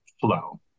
flow